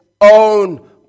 own